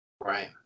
Right